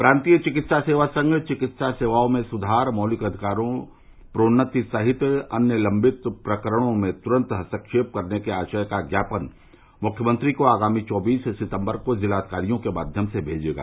प्रान्तीय चिकित्सा सेवा संघ चिकित्सा सेवाओं में सुधार मौलिक अधिकारों प्रोन्नति सहित कई अन्य लम्बित प्रकरणों में तुरन्त हस्तक्षेप करने के आशय का ज्ञापन मुख्यमंत्री को आगामी चौबीस सितम्बर को जिलाधिकारियों के माध्यम से भेजेगा